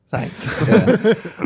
Thanks